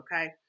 okay